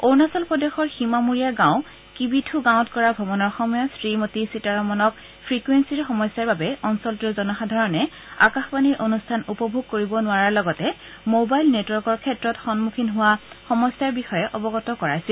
অৰুণাচল প্ৰদেশৰ সীমামূৰীয়া গাঁও কিবিথু গাঁৱত কৰা ভ্ৰমণৰ সময়ত শ্ৰীমতী সীতাৰমণক ফ্ৰিকুয়েলিৰ সমস্যাৰ বাবে অঞ্চলটোৰ জনসাধাৰণে আকাশবাণীৰ অনুষ্ঠান উপভোগ কৰিব নোৱাৰাৰ লগতে ম'বাইল নেটৱৰ্কৰ ক্ষেত্ৰত সন্মুখীন হোৱা সমস্যাৰ বিষয়ে অৱগত কৰোৱা হৈছিল